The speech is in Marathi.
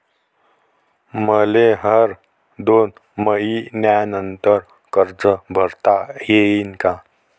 मले हर दोन मयीन्यानंतर कर्ज भरता येईन का?